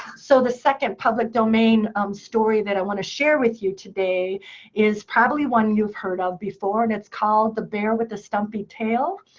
so the second public domain um story that i want to share with you today is probably one you're heard of before, and it's called the bear with the stumpy tail.